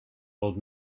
old